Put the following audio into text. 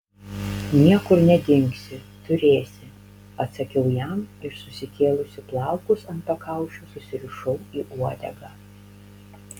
niekur nedingsi turėsi atsakiau jam ir susikėlusi plaukus ant pakaušio susirišau į uodegą